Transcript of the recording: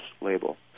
label